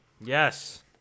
Yes